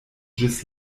ĝis